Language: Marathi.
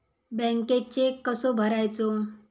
बँकेत चेक कसो भरायचो?